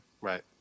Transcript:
Right